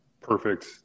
perfect